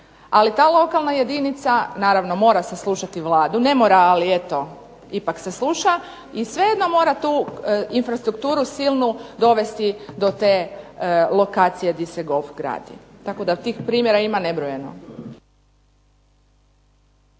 ali ta lokalna jedinica, naravno mora se slušati Vladu, ne mora, ali eto ipak se sluša, i svejedno mora tu infrastrukturu silnu dovesti do te lokacije gdje se golf gradi. Tako da tih primjera ima nebrojeno.